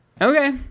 Okay